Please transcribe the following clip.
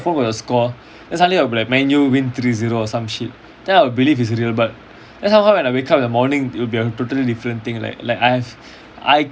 four for the score then suddenly will be like man U win three zero or some shit then I will believe is real but then somehow when I wake up in the morning it would be a totally different thing like like I've I